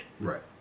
right